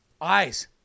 eyes